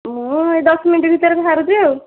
ମୁଁ ଏଇ ଦଶ ମିନିଟ୍ ଭିତରେ ବାହାରୁଛି ଆଉ